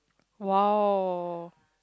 !wow!